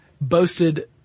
boasted